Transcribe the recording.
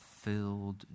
Filled